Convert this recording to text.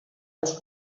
els